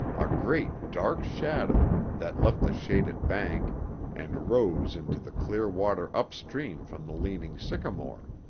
a great, dark shadow that left the shaded bank and rose into the clear water upstream from the leaning sycamore.